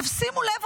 שימו לב,